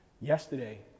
yesterday